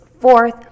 fourth